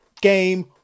Game